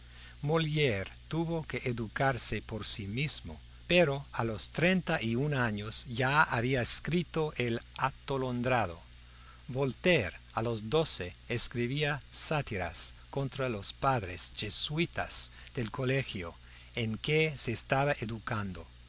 molire tuvo que educarse por sí mismo pero a los treinta y un años ya había escrito el atolondrado voltaire a los doce escribía sátiras contra los padres jesuitas del colegio en que se estaba educando